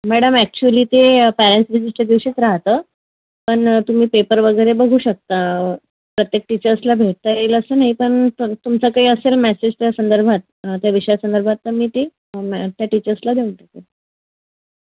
madam actually ते parents विजिटच्या दिवशीच राहतं पण तुम्ही पेपर वगैरे बघू शकता प्रत्येक टीचर्सला भेटता येईल असं नाही पण तुम तुमचा काही असेल मेसेजच्या संदर्भात त्या विषयासंदर्भात तर मी ते त्या टीचर्सला देऊन टाकेन